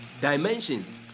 dimensions